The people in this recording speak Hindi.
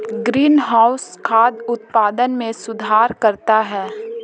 ग्रीनहाउस खाद्य उत्पादन में सुधार करता है